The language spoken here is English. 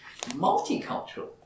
multicultural